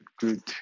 good